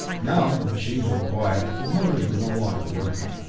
now the machines were quiet, for the motors were no longer working.